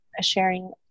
sharing